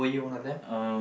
um